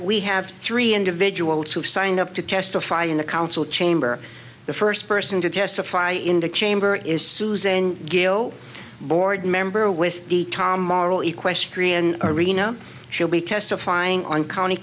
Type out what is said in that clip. we have three individuals who signed up to testify in the council chamber the first person to testify in the chamber is susan gill board member with the tom oral equestrian arena she'll be testifying on county